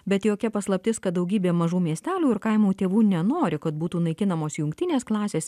bet jokia paslaptis kad daugybė mažų miestelių ir kaimų tėvų nenori kad būtų naikinamos jungtinės klasės